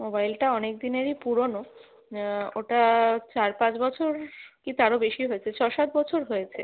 মোবাইলটা অনেক দিনেরই পুরনো ওটা চার পাঁচ বছর কি তারও বেশিও হয়েছে ছ সাত বছর হয়েছে